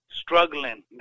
struggling